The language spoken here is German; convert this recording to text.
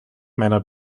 meiner